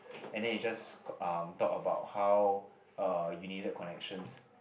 and then he just uh talk about how uh you need that connections